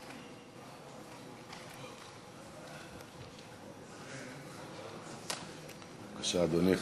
בבקשה, אדוני.